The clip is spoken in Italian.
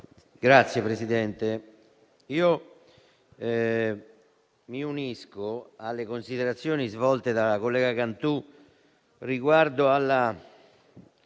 Signor Presidente, mi unisco alle considerazioni svolte dalla collega Cantù riguardo alla